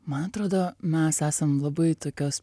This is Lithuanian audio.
man atrodo mes esam labai tokios